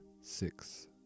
six